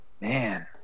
man